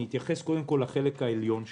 אני אתייחס קודם לחלק העליון שלו: